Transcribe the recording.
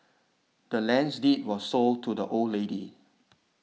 the land's deed was sold to the old lady